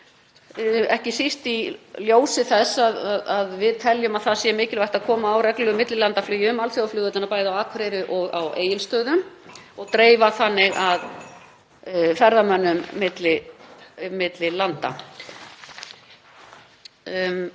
við, ekki síst í ljósi þess að við teljum að það sé mikilvægt að koma á reglulegu millilandaflugi um alþjóðaflugvellina á Akureyri og á Egilsstöðum og dreifa þannig ferðamönnum um landið.